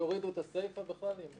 אם יורידו את הסיפה זה בכלל יהיה מושלם.